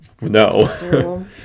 no